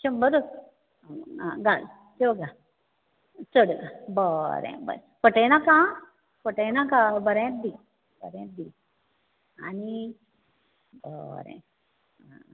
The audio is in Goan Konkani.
शंबरूच हां घाल त्यो घाल चल बरें बरें फटयनाका आं फटयनाका बरेंच दी बरेंच दी आनी बरें